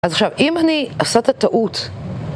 אז עכשיו, אם אני עושה את הטעות